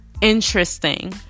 interesting